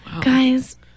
Guys